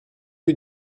lui